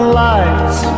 lights